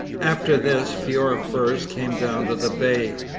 after this fewer furs came down to the bay.